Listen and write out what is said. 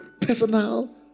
personal